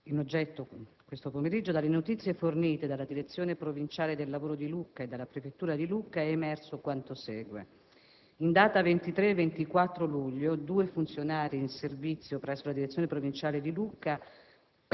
in oggetto, dalle notizie fornite dalla Direzione provinciale del lavoro di Lucca e dalla prefettura di Lucca è emerso quanto segue. In data 23 e 24 aprile 2007, due funzionari in servizio presso la Direzione provinciale del